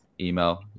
email